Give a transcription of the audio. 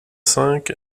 cinq